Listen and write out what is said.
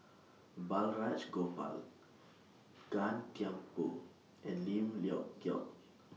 Balraj Gopal Gan Thiam Poh and Lim Leong Geok